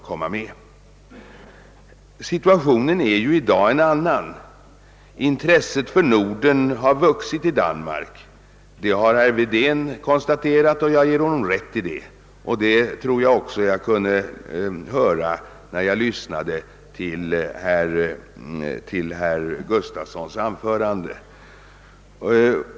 I dag är situationen en annan. Intresset för Norden har vuxit i Danmark. Det konstaterade herr Wedén, och där ger jag honom rätt. Jag tyckte mig också kunna höra det när jag lyssnade på herr Gustafsons i Göteborg anförande.